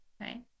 right